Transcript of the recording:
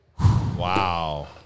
Wow